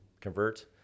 convert